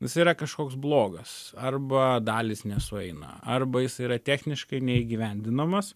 jisai yra kažkoks blogas arba dalys nesueina arba jis yra techniškai neįgyvendinamas